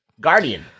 Guardian